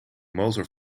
motor